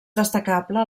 destacable